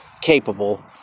capable